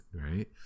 right